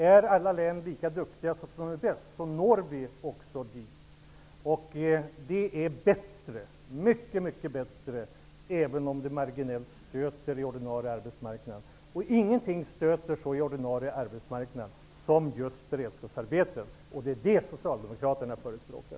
Om alla län är lika duktiga som de län som är bäst, når vi också det målet. Det är mycket bättre, även om det marginellt stöter i den ordinarie arbetsmarknaden. Ingenting stöter så i den ordinarie arbetsmarknaden som just beredskapsarbeten, och det är det som socialdemokraterna förespråkar.